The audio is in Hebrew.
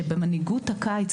כשבמנהיגות הקיץ,